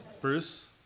Bruce